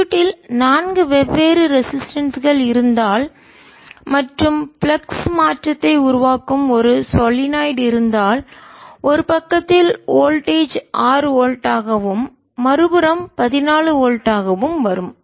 சர்க்யூட்டில் நான்கு வெவ்வேறு ரெசிஸ்டன்ஸ் கள் தடைகள் இருந்தால் மற்றும் ஃப்ளக்ஸ் மாற்றத்தை உருவாக்கும் ஒரு சொலினாய்டு இருந்தால் ஒரு பக்கத்தில் வோல்டேஜ் மின்னழுத்தம் 6 வோல்ட்டாகவும் மறுபுறம் 14 வோல்ட் ஆகவும் வரும்